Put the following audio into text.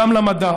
גם למדע,